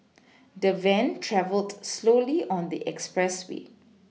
the van travelled slowly on the expressway